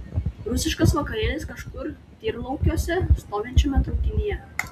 rusiškas vakarėlis kažkur tyrlaukiuose stovinčiame traukinyje